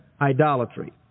idolatry